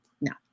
no